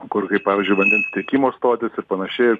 kur pavyzdžiui vandens tiekimo stotys ir panašiai